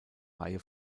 reihe